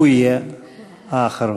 הוא יהיה האחרון.